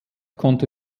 konnte